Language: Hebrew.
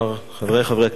חברי חברי הכנסת,